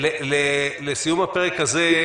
לסיום הפרק הזה: